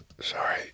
Sorry